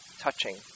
touching